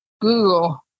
Google